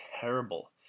terrible